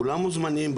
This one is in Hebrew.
כולם מוזמנים.